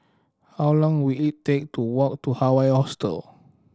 how long will it take to walk to Hawaii Hostel